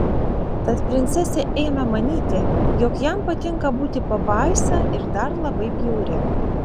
tad princesė ėmė manyti jog jam patinka būti pabaisa ir dar labai bjauria